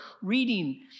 reading